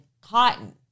cotton